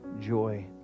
joy